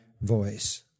voice